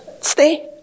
stay